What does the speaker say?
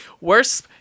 Worse